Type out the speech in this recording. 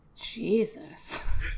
Jesus